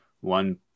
one